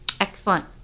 Excellent